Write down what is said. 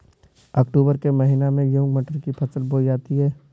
अक्टूबर के महीना में गेहूँ मटर की फसल बोई जाती है